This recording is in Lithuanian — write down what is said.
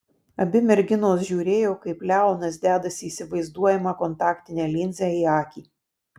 abi merginos žiūrėjo kaip leonas dedasi įsivaizduojamą kontaktinę linzę į akį